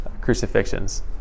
crucifixions